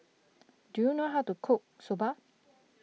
do you know how to cook Soba